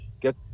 get